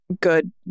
good